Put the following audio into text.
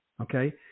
okay